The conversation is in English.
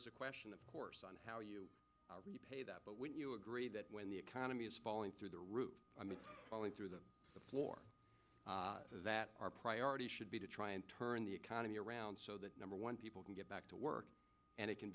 is a question of course on how you pay that but when you agree that when the economy is falling through the roof falling through the floor that our priority should be to try and turn the economy around so that number one people can get back to work and it can